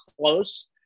close